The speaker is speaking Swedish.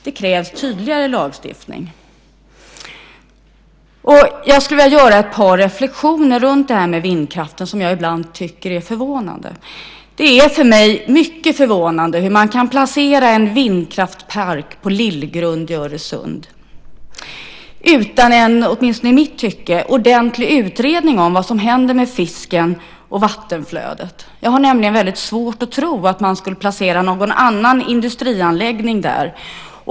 Det krävs en tydligare lagstiftning. Jag vill göra ett par reflexioner kring vindkraften om sådant som jag ibland tycker är förvånande. Det är för mig mycket förvånande hur man kan placera en vindkraftverkspark på Lillgrund i Öresund utan en - åtminstone i mitt tycke - ordentlig utredning om vad som händer med fisken och vattenflödet. Jag har nämligen väldigt svårt att tro att man skulle placera någon annan industrianläggning där.